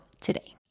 today